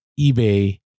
eBay